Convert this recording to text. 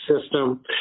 system